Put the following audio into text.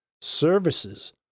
services